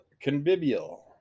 convivial